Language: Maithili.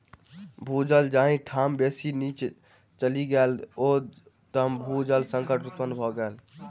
भू जल जाहि ठाम बेसी नीचाँ चलि गेल छै, ओतय भू जल संकट उत्पन्न भ गेल छै